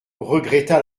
regretta